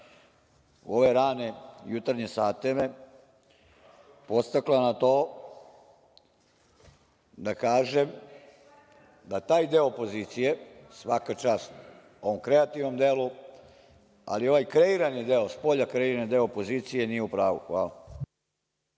u ove rane jutarnje sate me podstakla na to da kažem da taj deo opozicije, svaka čast ovom kreativnom delu, ali ovaj kreirani deo, spolja kreirani deo opozicije, nije u pravu. Hvala.